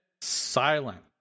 silent